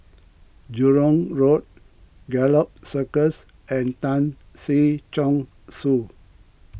Jurong Road Gallop Circus and Tan Si Chong Su